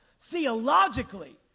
theologically